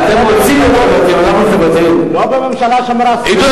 לא בממשלה הזו.